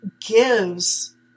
gives